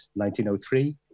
1903